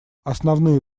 основные